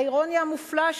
האירוניה המופלאה,